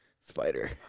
spider